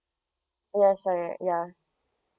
yes alright ya